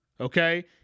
Okay